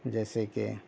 جیسے کہ